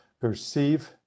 perceive